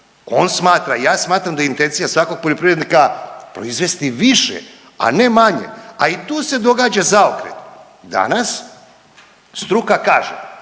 On smatra i ja smatram da je intencija svakog poljoprivrednika proizvesti više, a ne manje a i tu se događa zaokret. Danas struka kaže,